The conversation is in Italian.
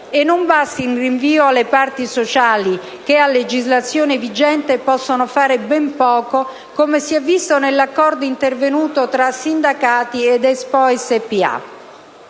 E non basta il rinvio alle parti sociali, che a legislazione vigente possono fare ben poco, come si è visto nell'accordo intervenuto tra sindacati e Expo Spa.